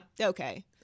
okay